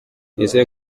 izihe